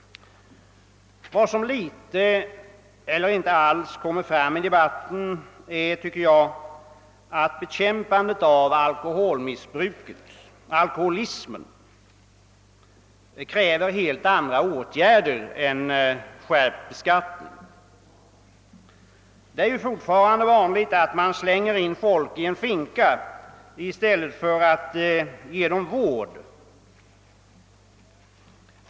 Vad som däremot mycket litet eller inte alls har framkommit i debatten tycker jag är att bekämpandet av alkoholmissbruket, d.v.s. alkoholismen, kräver helt andra åtgärder än skärpt beskattning. Det är sålunda fortfarande vanligt att man slänger in människor i en polisfinka i stället för att ge dem vård.